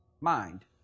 mind